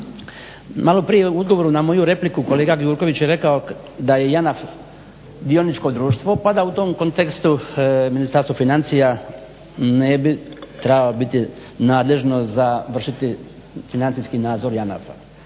Malo prije u odgovoru na moju repliku kolega Gjurković je rekao da je JANAF dioničko društvo pa da u tom kontekstu Ministarstvo financija ne bi trebalo biti nadležno za vršiti financijski nadzor JANAF-a.